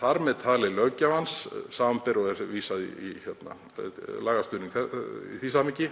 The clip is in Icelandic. þar með talið löggjafans, sbr. einnig 11. gr. MSE.